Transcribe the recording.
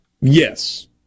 Yes